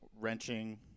wrenching